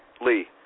Lee